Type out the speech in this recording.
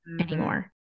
anymore